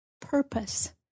purpose